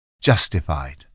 justified